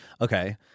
Okay